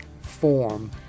form